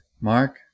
Mark